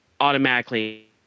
automatically